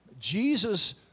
Jesus